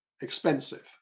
expensive